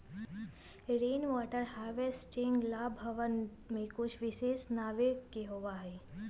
rain water harvesting ला हर भवन में कुछ विशेष बनावे के होबा हई